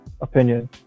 opinion